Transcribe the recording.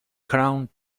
crown